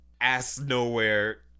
ass-nowhere